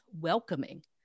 welcoming